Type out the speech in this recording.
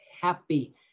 happy